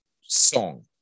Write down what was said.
song